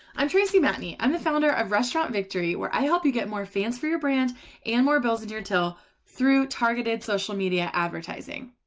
i'm tracey matney i'm the founder of restaurant victory. where i help you get more fans for your brand and bills. in your till through targeted social media advertising.